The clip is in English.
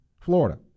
Florida